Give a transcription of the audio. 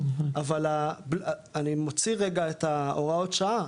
אבל אני מוציא רגע את ההוראות שעה,